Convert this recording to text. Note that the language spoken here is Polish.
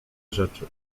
rzeczy